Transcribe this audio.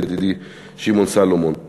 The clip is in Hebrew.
ידידי שמעון סולומון,